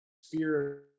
Spirit